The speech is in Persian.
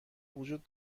وجود